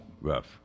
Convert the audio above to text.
rough